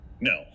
No